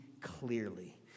clearly